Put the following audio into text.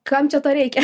kam čia to reikia